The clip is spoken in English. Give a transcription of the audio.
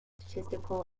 statistical